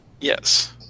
Yes